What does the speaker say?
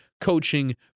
coaching